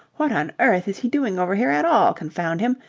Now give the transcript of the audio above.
what on earth is he doing over here at all, confound him?